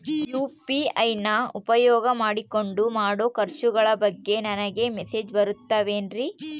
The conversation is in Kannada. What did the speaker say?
ಯು.ಪಿ.ಐ ನ ಉಪಯೋಗ ಮಾಡಿಕೊಂಡು ಮಾಡೋ ಖರ್ಚುಗಳ ಬಗ್ಗೆ ನನಗೆ ಮೆಸೇಜ್ ಬರುತ್ತಾವೇನ್ರಿ?